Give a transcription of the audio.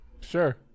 sure